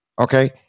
okay